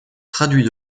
traduit